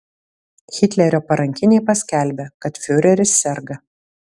hitlerio parankiniai paskelbė kad fiureris serga